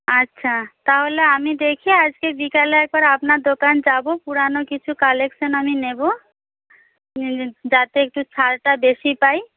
আচ্ছা তাহলে আমি দেখি আজকে বিকেলে একবার আপনার দোকান যাব পুরনো কিছু কালেকশান আমি নেব যাতে একটু ছাড়টা বেশি পাই